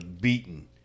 beaten